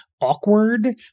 awkward